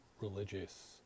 religious